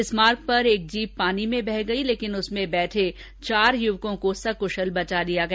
इस मार्ग पर एक जीप पानी में बह गई लेकिन उसमें बैठे चार युवकों को सक्शल बचा लिया गया